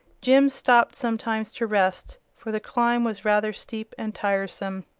jim stopped sometimes to rest, for the climb was rather steep and tiresome.